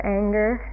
anger